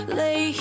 lay